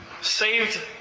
saved